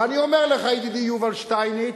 ואני אומר לך, ידידי יובל שטייניץ: